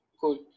cool